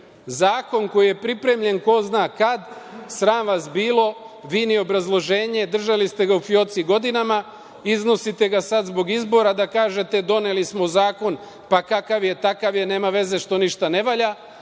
Zakon koji je pripremljen ko zna kad, sram vas bilo, vi ni obrazloženje, držali ste ga u fioci godinama, iznosite ga sad zbog izbora da kažete: „Doneli smo zakon, pa kakav je takav je, nema veze što ništa ne valja“,